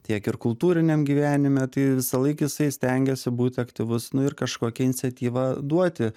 tiek ir kultūriniam gyvenime tai visąlaik jisai stengiasi būt aktyvus nu ir kažkokią iniciatyvą duoti